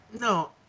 No